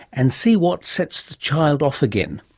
and see what sets the child off again.